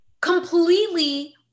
completely